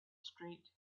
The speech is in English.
street